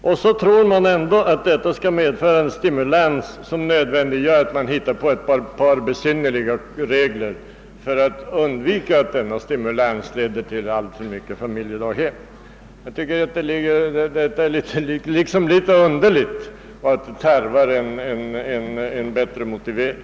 Och så tror man ändå att detta skall bli en kraftig stimulans, varför man finner sig nödsakad att hitta på ett par besynnerliga regler för att undvika att denna stimulans leder till alltför många familjedaghem. Jag tycker att detta är litet underligt och tarvar en bättre motivering.